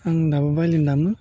आं दाबो भाय'लिन दामो